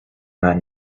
that